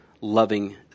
loving